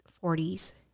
forties